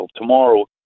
tomorrow